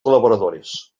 col·laboradores